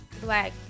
Black